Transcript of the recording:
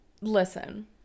Listen